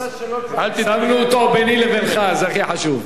שמנו אותו ביני לבינך, זה הכי חשוב.